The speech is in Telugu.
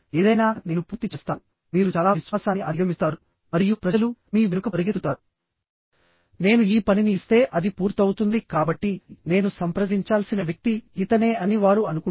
ఏదైనా నేను పూర్తి చేస్తాను మీరు చాలా విశ్వాసాన్ని అధిగమిస్తారు మరియు ప్రజలు మీ వెనుక పరుగెత్తుతారు నేను ఈ పనిని ఇస్తే అది పూర్తవుతుంది కాబట్టి నేను సంప్రదించాల్సిన వ్యక్తి ఇతనే అని వారు అనుకుంటారు